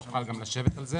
נוכל לשבת על זה,